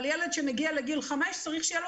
אבל ילד שמגיע לגיל חמש צריך שיהיה לו